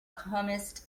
comest